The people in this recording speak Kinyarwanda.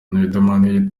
riderman